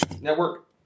Network